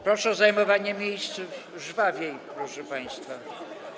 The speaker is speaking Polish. Proszę o zajmowanie miejsc żwawiej, proszę państwa.